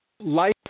life